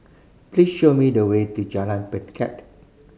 please show me the way to Jalan Pelikat